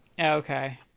okay